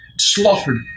slaughtered